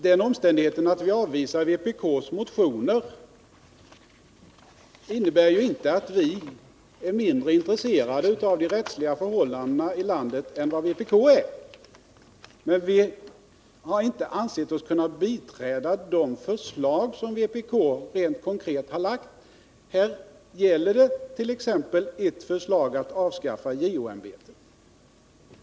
Den omständigheten att konstitutionsutskottet avvisar vpk:s motioner innebär ju inte att vi i utskottet är mindre intresserade av de rättsliga förbållandena i landet än vad vpk är. Men vi har inte ansett oss kunna biträda de förslag som vpk rent konkret har lagt fram. Här finns t.ex. ett förslag om att avskaffa JO-ämbetet.